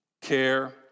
care